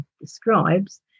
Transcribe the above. describes